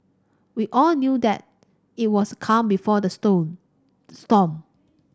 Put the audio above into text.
we all knew that it was calm before the storm